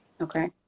Okay